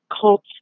cult